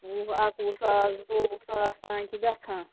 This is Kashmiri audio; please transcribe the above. وُہ اَکہٕ وُہ ساس زٕتووُہ ساس تام چھِ گژھان